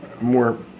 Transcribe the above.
more